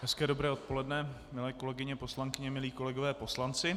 Hezké dobré odpoledne, milé kolegyně poslankyně, milí kolegové poslanci.